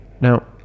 Now